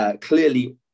clearly